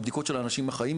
הבדיקות של האנשים החיים,